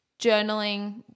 journaling